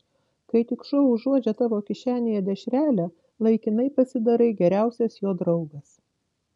kai tik šuo užuodžia tavo kišenėje dešrelę laikinai pasidarai geriausias jo draugas